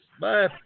Bye